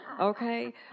okay